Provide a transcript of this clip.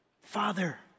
Father